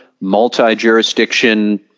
multi-jurisdiction